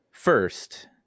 First